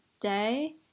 day